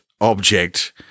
object